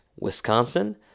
wisconsin